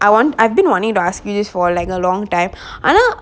I want I've been wanting to ask you this for like a long time I know